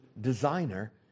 designer